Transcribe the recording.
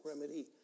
remedy